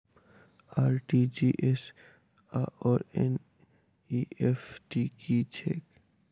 RTGS आओर NEFT की छैक?